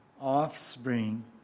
offspring